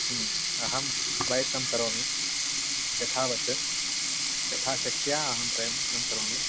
अहं प्रयत्नं करोमि यथावत् यथाशक्त्या अहं प्रयत्नं करोमि